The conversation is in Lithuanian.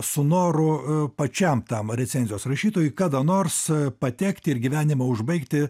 su noru pačiam tam recenzijos rašytojui kada nors patekti ir gyvenimą užbaigti